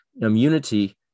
immunity